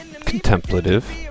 contemplative